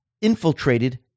infiltrated